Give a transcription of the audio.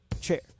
chair